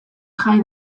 jai